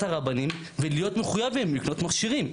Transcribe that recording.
הרבנים ולהיות מחויב להם לקנות מכשירים?